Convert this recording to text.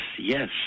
Yes